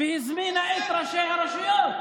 והיא הזמינה את ראשי הרשויות,